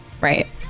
Right